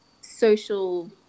social